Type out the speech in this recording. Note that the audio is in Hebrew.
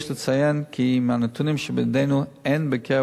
יש לציין כי מהנתונים שבידינו עולה שאין בקרב